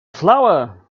flower